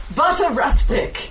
butter-rustic